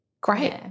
Great